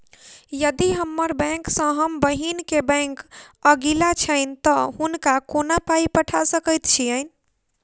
यदि हम्मर बैंक सँ हम बहिन केँ बैंक अगिला छैन तऽ हुनका कोना पाई पठा सकैत छीयैन?